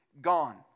gone